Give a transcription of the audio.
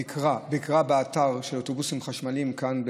ביקרה באתר של אוטובוסים חשמליים כאן,